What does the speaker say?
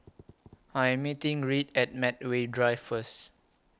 I Am meeting Reed At Medway Drive First